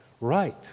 right